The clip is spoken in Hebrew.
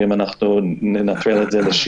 ואם ננטרל את זה לשיעור,